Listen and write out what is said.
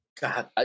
god